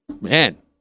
man